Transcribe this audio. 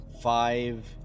five